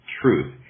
truth